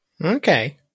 Okay